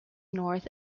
north